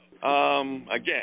Again